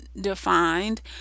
defined